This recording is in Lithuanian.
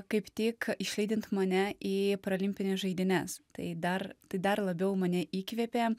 kaip tik išlydint mane į paralimpines žaidynes tai dar tai dar labiau mane įkvėpė